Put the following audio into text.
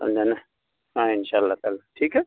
سمجھا نا ہاں ان شاء اللہ کر دیں گے ٹھیک ہے